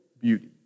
beauty